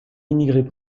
immigré